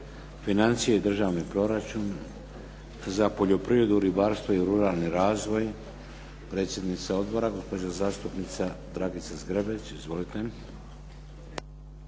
Financije i državni proračun? Za poljoprivredu, ribarstvo i ruralni razvoj? Predsjednica odbora, gospođa zastupnica Dragica Zgrebec. Izvolite.